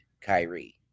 Kyrie